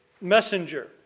messenger